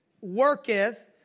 worketh